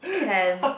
can